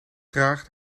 traag